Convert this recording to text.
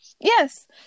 yes